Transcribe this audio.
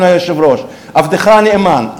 אדוני היושב-ראש: עבדך הנאמן,